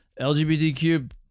lgbtq